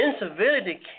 incivility